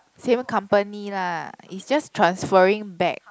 same company lah is just transferring back